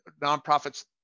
nonprofits